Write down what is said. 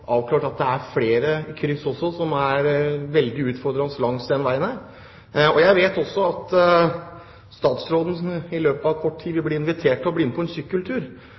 avklart at det er flere kryss som også er veldig utfordrende langs denne veien. Jeg vet også at statsråden i løpet av kort tid vil bli invitert til å bli med på en